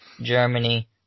Germany